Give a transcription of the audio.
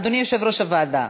אדוני יושב-ראש הוועדה,